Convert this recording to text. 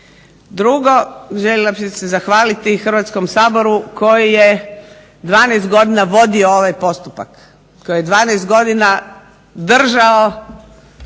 Drugo, željela bih se zahvaliti Hrvatskom saboru koji je 12 godina vodio ovaj postupak, koji je 12 godina držao